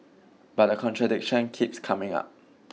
but the contradiction keeps coming up